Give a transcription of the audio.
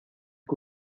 que